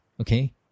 okay